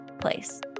place